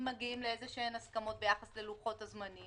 גם לקראת הדיון מחר בנושא החזרי המס של ראש הממשלה אנו דורשים את זה.